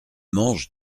mange